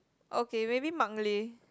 okay maybe Mark-Lee